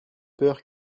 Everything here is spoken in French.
peur